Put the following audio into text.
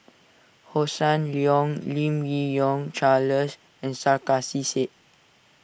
Hossan Leong Lim Yi Yong Charles and Sarkasi Said